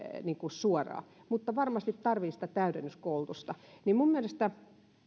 suoraan mutta jotka varmasti tarvitsevat sitä täydennyskoulutusta ja minun mielestäni